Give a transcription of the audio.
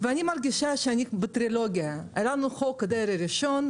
אני מרגישה שאני בטרילוגיה היה לנו "חוק דרעי 1",